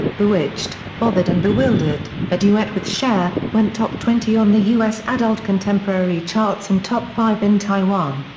bewitched, bothered and bewildered, a duet with cher, went top twenty on the us adult contemporary charts and top five in taiwan.